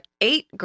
eight